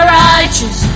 righteous